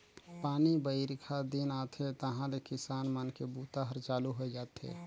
पानी बाईरखा दिन आथे तहाँले किसान मन के बूता हर चालू होए जाथे